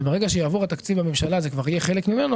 וברגע שיעבור התקציב בממשלה זה כבר יהיה חלק ממנו,